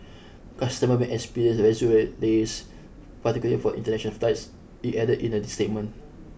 customer may experience residual delays particularly for international flights it added in a statement